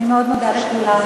אני מאוד מודה לכולם.